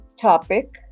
topic